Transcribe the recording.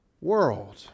world